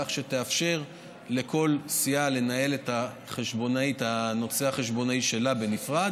כך שיתאפשר לכל סיעה לנהל את הנושא החשבונאי שלה בנפרד,